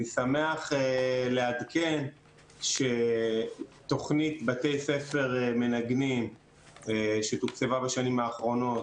אני שמח לעדכן שתוכנית בתי ספר מנגנים שתוקצבה בשנים האחרונות,